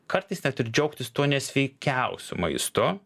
kartais net ir džiaugtis tuo nesveikiausiu maistu